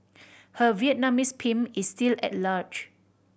her Vietnamese pimp is still at large